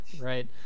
Right